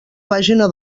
pàgina